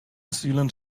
sealant